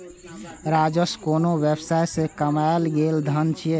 राजस्व कोनो व्यवसाय सं कमायल गेल धन छियै